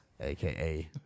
AKA